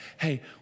hey